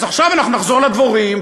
אז עכשיו אנחנו נחזור לדבורים,